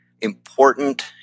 important